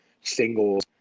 singles